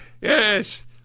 Yes